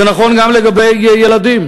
זה נכון גם לגבי קצבאות ילדים.